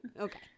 Okay